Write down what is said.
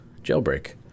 Jailbreak